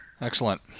Excellent